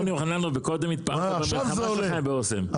אדון יוחננוף, מקודם התפארת במלחמות שלך באסם.